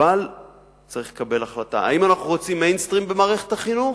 אבל צריך לקבל החלטה: האם אנחנו רוצים mainstream במערכת החינוך,